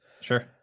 Sure